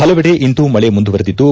ಪಲವೆಡೆ ಇಂದೂ ಮಳೆ ಮುಂದುವರೆದಿದ್ದು